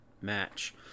match